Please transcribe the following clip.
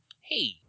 hey